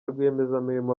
rwiyemezamirimo